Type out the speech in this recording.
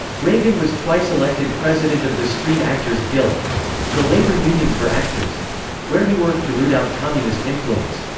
reagan was twice elected president of the screen actors guild the labor union for actors where he worked to root out communist influence.